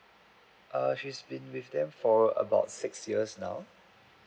uh she's been with them for about six years now